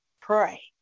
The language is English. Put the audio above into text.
pray